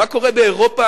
מה קורה באירופה,